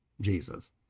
Jesus